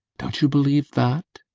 don't you believe that?